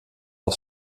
auf